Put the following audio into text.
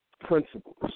principles